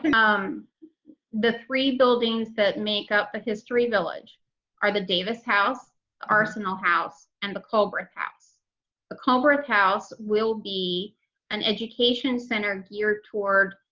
um the three buildings that make up the history village are the davis house arsenal house and the culbreth has a culbreth house will be an education center geared toward